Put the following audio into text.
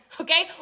okay